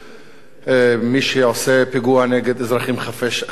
מי שעושה פיגוע נגד אזרחים חפים מפשע